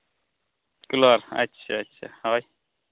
kilo ᱟᱪᱪᱷᱟ ᱟᱪᱪᱷᱟ ᱦᱳᱭ